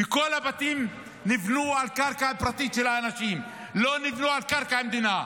וכל הבתים נבנו על קרקע פרטית של אנשים ולא נבנו על קרקע מדינה.